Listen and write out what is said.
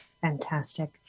Fantastic